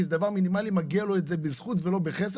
כי זה דבר מינימלי, מגיע לו את זה בזכות ולא בחסד.